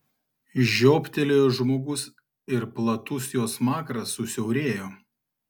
žiobtelėjo žmogus ir platus jo smakras susiaurėjo